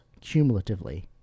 cumulatively